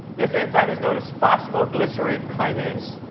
this enzyme is known as phosphoglycerate kinase.